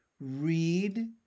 read